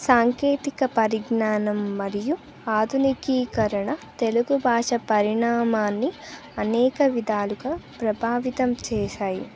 సాంకేతిక పరిజ్ఞానం మరియు ఆధునికీకరణ తెలుగు భాష పరిణామాన్ని అనేక విధాలుగా ప్రభావితం చేసాయి